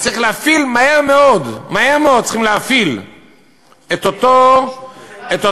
צריך להפעיל מהר מאוד את אותו מינהל